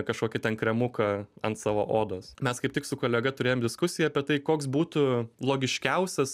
kažkokį ten kremuką ant savo odos mes kaip tik su kolega turėjom diskusiją apie tai koks būtų logiškiausias